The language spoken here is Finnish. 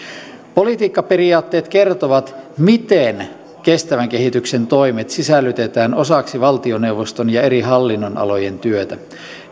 politiikkaperiaatteet kertovat miten kestävän kehityksen toimet sisällytetään osaksi valtioneuvoston ja eri hallinnonalojen työtä